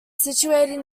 situated